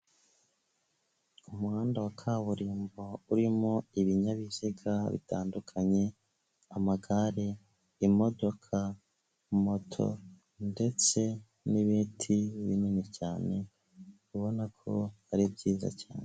Umuhanda wa kaburimbo urimo ibinyabiziga bitandukanye amagare, imodoka, moto ndetse n'ibiti binini cyane, ubona ko ari byiza cyane.